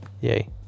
Yay